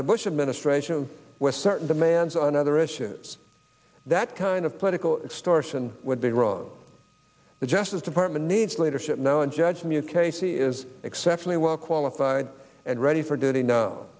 the bush administration with certain demands and other issues that kind of political extortion would be wrong the justice department needs leadership now and judge from you casey is exceptionally well qualified and ready for duty no